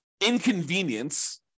inconvenience